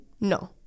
No